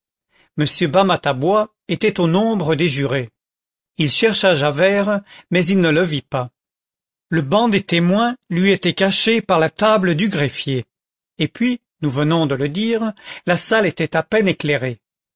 m bamatabois était au nombre des jurés il chercha javert mais il ne le vit pas le banc des témoins lui était caché par la table du greffier et puis nous venons de le dire la salle était à peine éclairée